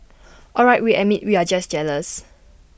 all right we admit we're just jealous